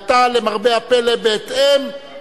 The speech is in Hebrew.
והרי בזה דברים אמורים.